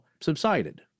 subsided